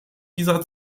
dieser